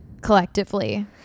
collectively